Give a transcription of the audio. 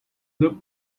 loop